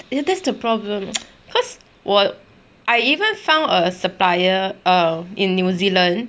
ya that's the problem because 我 I even found a supplier um in new zealand